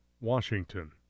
Washington